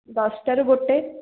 ଦଶଟାରୁ ଗୋଟେ